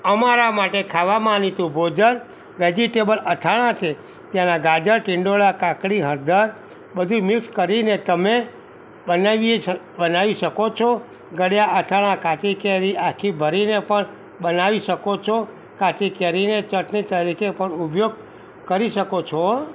અમારા માટે ખાવા માનીતું ભોજન વેજીટેબલ અથાણા છે ત્યાંનાં ગાજર ટીંડોળા કાકડી હળદર બધુંય મિક્સ કરીને તમે બનાવી શકો છો ગળ્યાં અથાણાં કાચી કેરી આખી ભરીને પણ બનાવી શકો છો કાચી કેરીને ચટણી તરીકે પણ ઉપયોગ કરી શકો છો